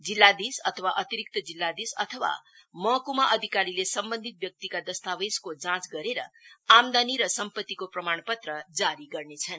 जिल्लाधीश अर्थवा अतिरिक्त जिल्लाधीश अथवा महकुमा अधिकारीले सम्बन्धित आमदानी व्यक्तिका दस्तावेजको जाँच गरेर सम्पतिको प्रमाणपत्र जारी गर्नेछन्